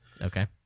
Okay